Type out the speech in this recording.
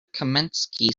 kamenskih